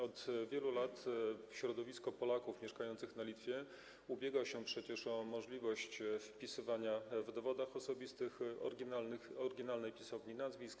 Od wielu lat środowisko Polaków mieszkających na Litwie ubiega się przecież o możliwość wpisywania w dowodach osobistych oryginalnej pisowni nazwisk.